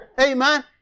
Amen